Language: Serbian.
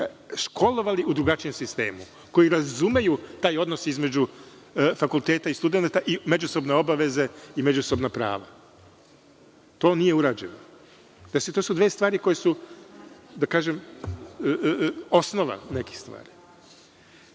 školovali u drugačijem sistemu, koji razumeju taj odnos između fakulteta i studenata i međusobne obaveze i prava. To nije urađeno. To su dve stvari koje su osnova drugih stvari. Ne